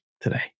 today